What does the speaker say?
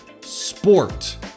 sport